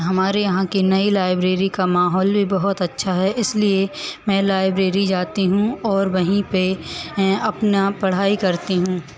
हमारे यहाँ की नई लाइब्रेरी का माहौल भी बहुत अच्छा है इसलिए मैं लाइब्रेरी जाती हूँ और वहीं पे अपना पढ़ाई करती हूँ